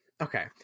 okay